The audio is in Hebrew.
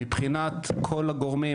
מבחינת כל הגורמים,